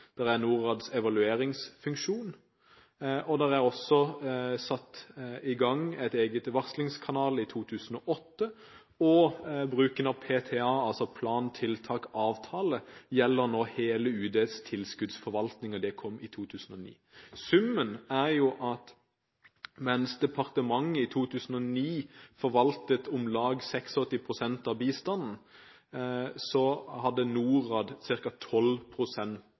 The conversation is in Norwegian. er NORADs evalueringsfunksjon. Det er også satt i gang en egen varslingskanal i 2008. Bruken av PTA – altså Plan-Tilskudd-Avtale – gjelder nå hele UDs tilskuddsforvaltning, og det kom i 2009. Summen er at mens departementet i 2009 forvaltet om lag 86 pst. av bistanden, hadde NORAD